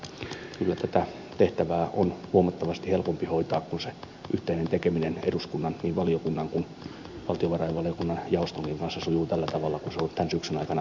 kyllä tätä tehtävää on huomattavasti helpompi hoitaa kun se yhteinen tekeminen eduskunnan niin valiokunnan kun valtiovarainvaliokunnan jaostonkin kanssa sujuu tällä tavalla kuin se on tämän syksyn aikana sujunut